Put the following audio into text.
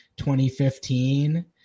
2015